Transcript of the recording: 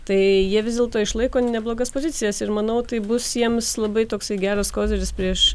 tai jie vis dėlto išlaiko neblogas pozicijas ir manau tai bus jiems labai toksai geras koziris prieš